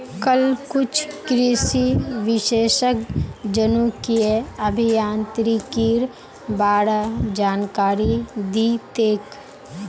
कल कुछ कृषि विशेषज्ञ जनुकीय अभियांत्रिकीर बा र जानकारी दी तेक